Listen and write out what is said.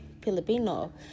Filipino